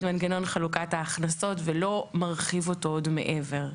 מנגנון חלוקת ההכנסות ולא מרחיב אותו עוד מעבר.